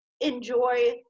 enjoy